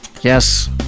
Yes